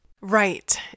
Right